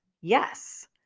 Yes